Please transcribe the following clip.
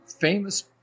famous